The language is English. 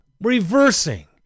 reversing